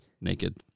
naked